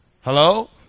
Hello